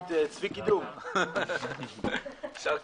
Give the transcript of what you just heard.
הישיבה ננעלה בשעה 11:18.